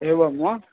एवं वा